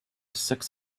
six